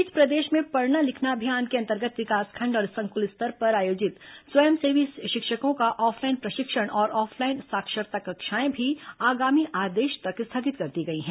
इस बीच प्रदेश में पढ़ना लिखना अभियान के अंतर्गत विकासखंड और संकुल स्तर पर आयोजित स्वयंसेवी शिक्षकों का ऑफलाइन प्रशिक्षण और ऑफलाइन साक्षरता कक्षाएं भी आगामी आदेश तक स्थगित कर दी गई हैं